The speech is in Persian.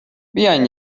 بیاین